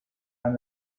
and